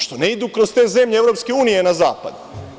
Što ne idu kroz te zemlje EU na zapad?